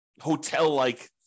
hotel-like